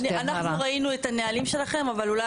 זה לא נכון.